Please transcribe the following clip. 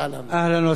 ברוכות יהיו.